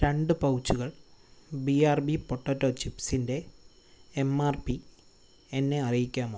രണ്ട് പൗച്ചുകൾ B R B potato ചിപ്സിൻ്റെ എം ആർ പി എന്നെ അറിയിക്കാമോ